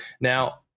Now